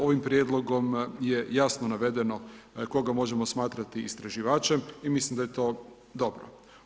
Ovim prijedlogom je jasno navedeno koga možemo smatrati istraživačem i mislim da je to dobro.